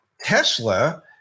Tesla